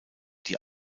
die